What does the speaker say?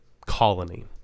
colony